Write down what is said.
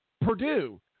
Purdue